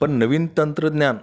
पण नवीन तंत्रज्ञान